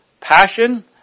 passion